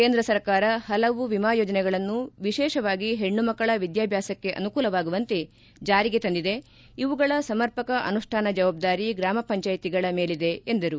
ಕೇಂದ್ರ ಸರ್ಕಾರ ಹಲವು ವಿಮಾ ಯೋಜನೆಗಳನ್ನು ವಿಶೇಷವಾಗಿ ಹೆಣ್ಣುಮಕ್ಕಳ ವಿದ್ವಾಭ್ಯಾಸಕ್ಕೆ ಅನುಕೂಲವಾಗುವಂತೆ ಜಾರಿಗೆ ತಂದಿದೆ ಇವುಗಳ ಸಮರ್ಪಕ ಅನುಷ್ಟಾನ ಜವಾಬ್ದಾರಿ ಗ್ರಾಮ ಪಂಚಾಯಿತಿಗಳ ಮೇಲಿದೆ ಎಂದರು